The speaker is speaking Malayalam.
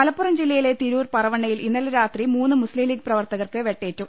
മലപ്പുറം ജില്ലയിലെ തിരൂർ പറവണ്ണയിൽ മൂന്ന് മുസ്ലിം ലീഗ് പ്രവർത്തകർക്ക് വെട്ടേറ്റു